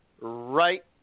right